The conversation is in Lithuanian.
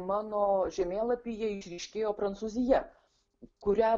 mano žemėlapyje išryškėjo prancūzija kuria